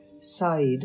side